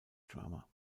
drama